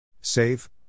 Save